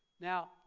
Now